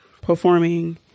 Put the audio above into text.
performing